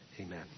Amen